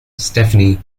stephanie